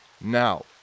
Now